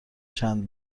چند